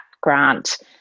Grant